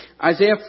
Isaiah